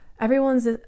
Everyone's